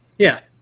yeah.